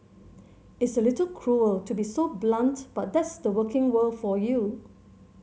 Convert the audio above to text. it's a little cruel to be so blunt but that's the working world for you